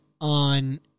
on